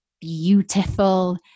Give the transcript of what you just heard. beautiful